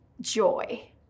joy